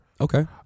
okay